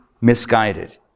misguided